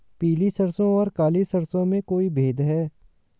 पीली सरसों और काली सरसों में कोई भेद है?